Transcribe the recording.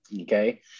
Okay